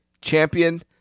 champion